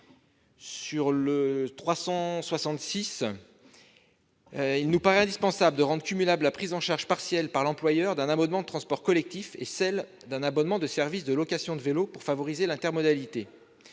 Gontard. Il nous paraît indispensable de rendre cumulables la prise en charge partielle par l'employeur d'un abonnement de transports collectifs et celle d'un abonnement de service de location de vélos pour favoriser l'intermodalité.